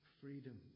freedom